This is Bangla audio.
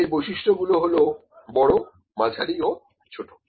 এর বৈশিষ্ট্য গুলো হল বড় মাঝারি ও ছোট